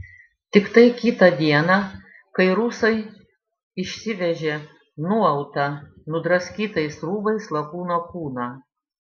tiktai kitą dieną kai rusai išsivežė nuautą nudraskytais rūbais lakūno kūną